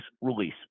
release